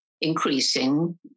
increasing